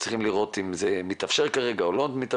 צריכים לראות אם הדבר מתאפשר כרגע או לא.